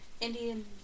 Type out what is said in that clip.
INDIAN